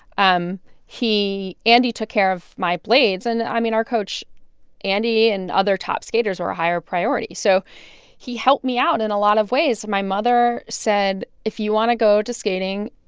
um he took care of my blades. and i mean, our coach andy and other top skaters were a higher priority, so he helped me out in a lot of ways. my mother said, if you want to go to skating,